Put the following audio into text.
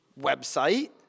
website